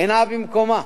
אינה במקומה.